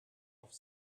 auf